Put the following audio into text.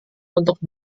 untuk